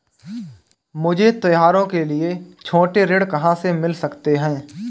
मुझे त्योहारों के लिए छोटे ऋृण कहां से मिल सकते हैं?